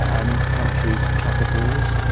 and country's capitals?